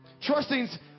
Trusting's